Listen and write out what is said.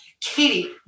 Katie